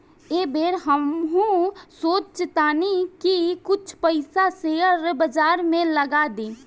एह बेर हमहू सोचऽ तानी की कुछ पइसा शेयर बाजार में लगा दी